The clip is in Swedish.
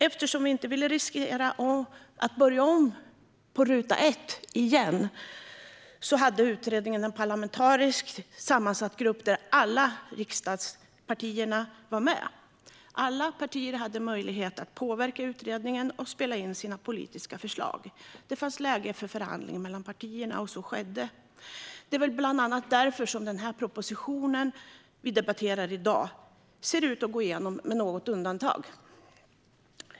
Eftersom vi inte ville riskera att behöva börja om på ruta ett igen var det en parlamentariskt sammansatt utredning där alla riksdagspartier var med. Alla partier hade möjlighet att påverka utredningen och föra fram sina politiska förslag. Det fanns läge för förhandlingar mellan partierna, och så skedde. Det är väl bland annat därför som den proposition vi i dag debatterar ser ut att gå igenom, med något undantag.